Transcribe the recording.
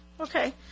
Okay